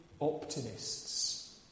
optimists